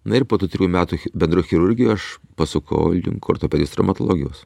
na ir po tų trijų metų bendroj chirurgijoj aš pasukau link artopedijos traumatologijos